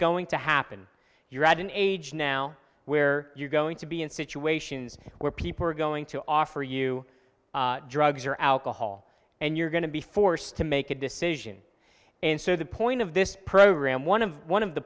going to happen you're at an age now where you're going to be in situations where people are going to offer you drugs or alcohol and you're going to be forced to make a decision and so the point of this program one of one of the